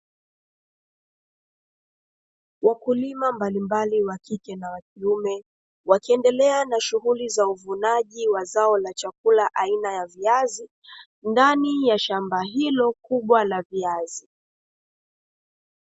Wakulima mbalimbali wakike na wakiume, wakiendelea na shughuli za uvunaji wa zao la chakula aina ya viazi, ndani ya shamba hilo kubwa la viazi.